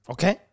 Okay